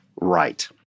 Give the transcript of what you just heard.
right